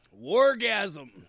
wargasm